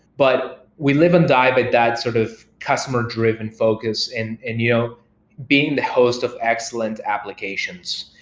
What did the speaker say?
but we live and die by that sort of customer-driven focus and and you know being the host of excellent applications.